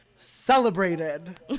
celebrated